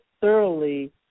thoroughly